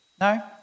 No